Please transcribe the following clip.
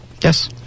Yes